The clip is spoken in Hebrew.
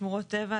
שמורות טבע,